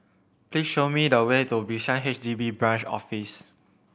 please show me the way to Bishan H D B Branch Office